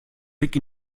blick